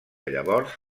llavors